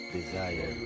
Desire